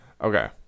Okay